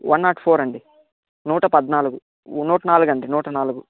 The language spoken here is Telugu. వన్ నాట్ ఫోర్ అండి నూట పడ్నాలుగు నూట నాలుగండి నూట నాలుగు